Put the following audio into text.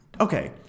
okay